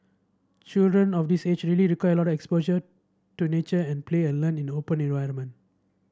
children of this age really require a lot exposure to nature and play and learn in open environment